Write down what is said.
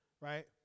right